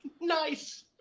Nice